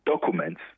documents